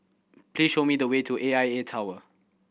please show me the way to A I A Tower